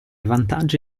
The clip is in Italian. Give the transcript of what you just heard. vantaggi